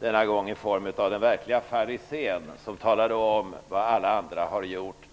denna gång i form av den verkliga farisén som talade om vilka fel alla andra hade gjort.